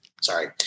sorry